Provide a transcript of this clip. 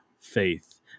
faith